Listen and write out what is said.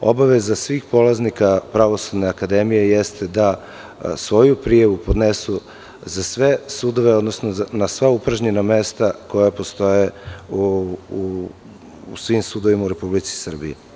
Obaveza svih polaznika Pravosudne akademije jeste da svoju prijavu podnesu za sve sudove, odnosno na sva upražnjena mesta koja postoje svim sudovima u Republici Srbiji.